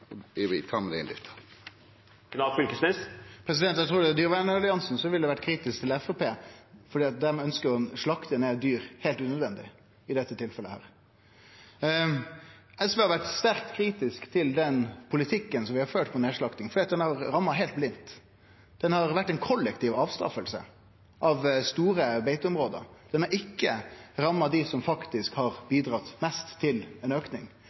har sett i enkelte områder i tamreindriften? Eg trur at Dyrevernalliansen heller ville vore kritisk til Framstegspartiet, fordi dei ønskjer å slakte ned dyr heilt unødvendig – i dette tilfellet. SV har vore sterkt kritisk til den politikken vi har ført på nedslakting, fordi han har ramma heilt blindt. Han har vore ei kollektiv avstraffing av store beiteområder, han har ikkje ramma dei som faktisk har bidratt mest til ein